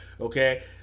okay